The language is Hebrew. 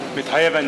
מתחייב אני